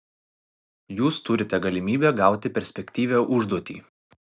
jūs turite galimybę gauti perspektyvią užduoti